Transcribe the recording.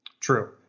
true